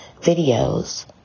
videos